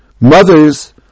Mothers